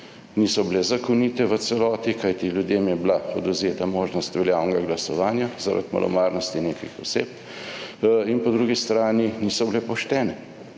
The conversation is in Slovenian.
niso bile zakonite v celoti, kajti ljudem je bila odvzeta možnost veljavnega glasovanja zaradi malomarnosti nekih oseb in po drugi strani niso bile poštene,